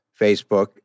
Facebook